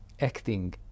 acting